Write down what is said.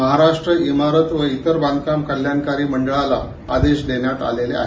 महाराष्ट्र इमारत बांधकाम आणि इतर बांधकाम कल्याणकारी मंडळाला आदेश देण्यात आलेले आहेत